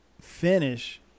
finish